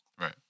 Right